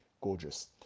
Gorgeous